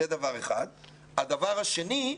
הדבר השני,